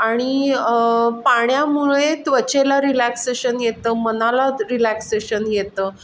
आणि पाण्यामुळे त्वचेला रिलॅक्सेशन येतं मनाला रिलॅक्सेशन येतं